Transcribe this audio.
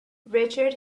richard